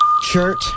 Shirt